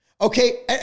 Okay